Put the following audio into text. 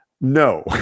No